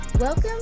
Welcome